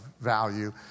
value